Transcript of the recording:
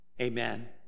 Amen